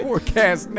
Forecast